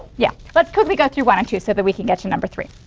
yeah. let's quickly go through one and two so that we can get to number three.